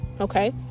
okay